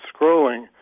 scrolling